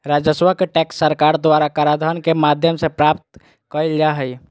राजस्व के टैक्स सरकार द्वारा कराधान के माध्यम से प्राप्त कइल जा हइ